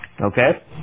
okay